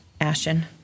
Ashton